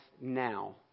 now